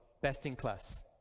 best-in-class